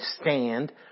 stand